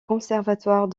conservatoire